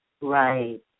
Right